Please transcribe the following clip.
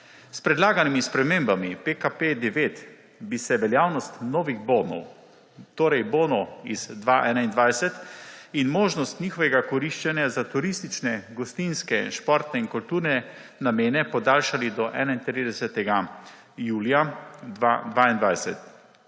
S predlaganimi spremembami PKP9 bi veljavnost novih bonov, torej bonov iz leta 2021, in možnost njihovega koriščenja za turistične, gostinske, športne in kulturne namene podaljšali do 31. julija 2022.